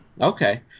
okay